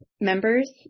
members